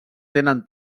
tenen